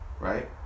right